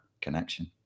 connection